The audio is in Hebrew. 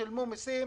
שילמו מסים,